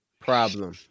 Problem